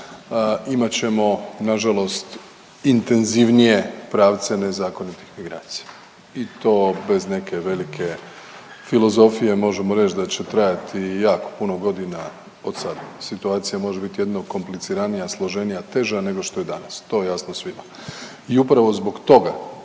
imat ćemo nažalost intenzivnije pravce nezakonitih migracija i to bez neke velike filozofije možemo reći da će trajati jako puno godina od sada situacija može biti jedino kompliciranija, složenija, teža nego što je danas. To je jasno svima. I upravo zbog toga